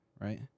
right